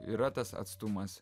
yra tas atstumas